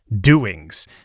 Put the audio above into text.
doings